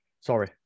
sorry